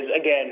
again